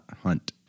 hunt